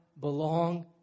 belong